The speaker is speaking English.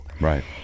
Right